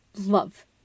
love